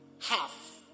half